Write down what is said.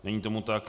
Není tomu tak.